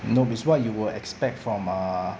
no it's what you will expect from err